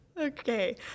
Okay